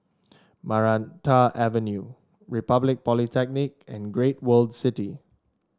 Maranta Avenue Republic Polytechnic and Great World City